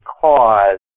cause